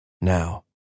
now